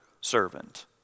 servant